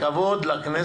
לא יכול להיות כזה